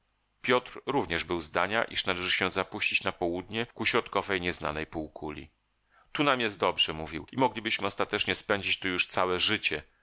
piotr również był zdania iż należy się zapuścić na południe ku środkowi nieznanej półkuli tu nam jest dobrze mówił i moglibyśmy ostatecznie spędzić tu już całe życie